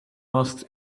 asked